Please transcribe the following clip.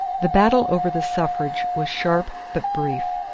the battle over the suffrage was sharp but brief.